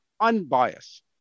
unbiased